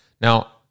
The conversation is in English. Now